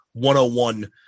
101